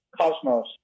cosmos